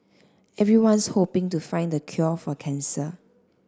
everyone's hoping to find the cure for cancer